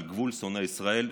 על גבול שונא ישראל,